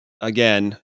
Again